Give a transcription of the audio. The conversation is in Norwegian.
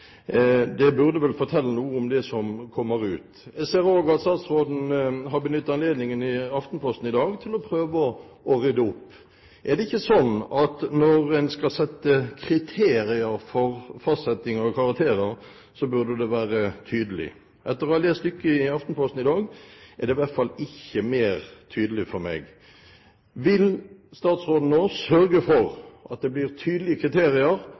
Det burde vel fortelle noe om det som kommer ut. Jeg ser også at statsråden i Aftenposten i dag har benyttet anledningen til å prøve å rydde opp. Er det ikke sånn at når en skal sette kriterier for fastsetting av karakterer, så burde det være tydelig? Etter å ha lest stykket i Aftenposten i dag, er det i hvert fall ikke mer tydelig for meg. Vil statsråden nå sørge for at det blir tydelige kriterier